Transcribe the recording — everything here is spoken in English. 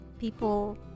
people